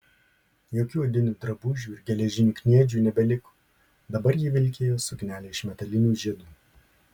jokių odinių drabužių ir geležinių kniedžių nebeliko dabar ji vilkėjo suknelę iš metalinių žiedų